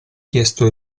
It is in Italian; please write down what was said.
chiesto